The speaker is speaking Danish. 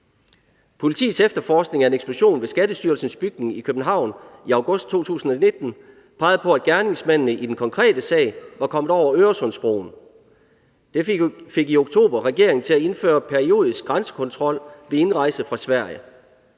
Politiets efterforskning af en eksplosion ved Skattestyrelsens bygning i København i august 2019 pegede på, at gerningsmændene i den konkrete sag var kommet over Øresundsbroen. Det fik i oktober regeringen til at indføre periodisk grænsekontrol ved indrejse fra Sverige.